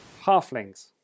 Halflings